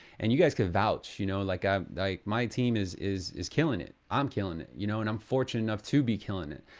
and you guys could vouch, you know, like ah like my team is is is killing it. i'm killing it. you know, and i'm fortunate enough to be killing it.